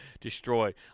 destroyed